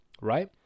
right